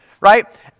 right